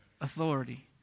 Authority